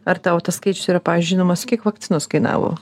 ar tau tas skaičius yra pavyzdžiui žinomas kiek vakcinos kainavo